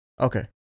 Okay